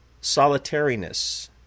solitariness